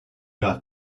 got